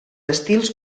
estils